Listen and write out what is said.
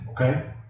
Okay